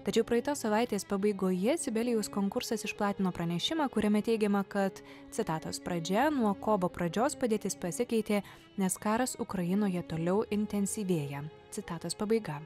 tačiau praeitos savaitės pabaigoje sibelijaus konkursas išplatino pranešimą kuriame teigiama kad citatos pradžia nuo kovo pradžios padėtis pasikeitė nes karas ukrainoje toliau intensyvėja citatos pabaiga